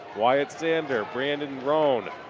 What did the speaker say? wyatt sander, brandon rhone,